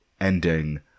ending